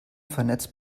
vernetzt